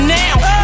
now